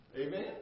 Amen